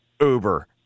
Uber –